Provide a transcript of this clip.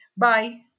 Bye